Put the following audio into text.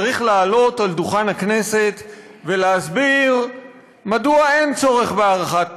צריך לעלות על דוכן הכנסת ולהסביר מדוע אין צורך בהארכת